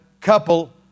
couple